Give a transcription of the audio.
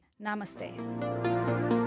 Namaste